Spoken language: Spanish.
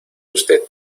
usted